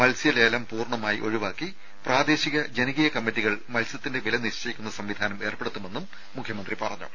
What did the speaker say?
മത്സ്യലേലം പൂർണ്ണമായി ഒഴിവാക്കി പ്രാദേശിക ജനകീയ കമ്മിറ്റികൾ മത്സ്യത്തിന്റെ വില നിശ്ചയിക്കുന്ന സംവിധാനം ഏർപ്പെടുത്തുമെന്നും മുഖ്യമന്ത്രി പറഞ്ഞു